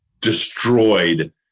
destroyed